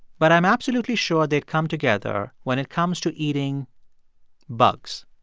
but i'm absolutely sure they'd come together when it comes to eating bugs